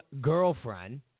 girlfriend